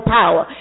power